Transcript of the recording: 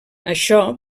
això